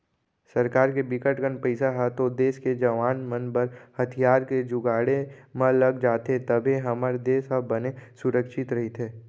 सरकार के बिकट कन पइसा ह तो देस के जवाना मन बर हथियार के जुगाड़े म लग जाथे तभे हमर देस ह बने सुरक्छित रहिथे